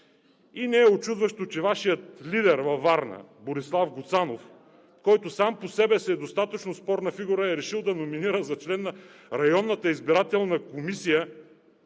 не е учудващо, че Вашият лидер във Варна Борислав Гуцанов, който сам по себе си е достатъчно спорна фигура, е решил да номинира за член на Районната избирателна комисия